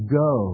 go